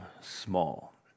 small